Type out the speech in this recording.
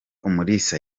umulisa